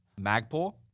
Magpul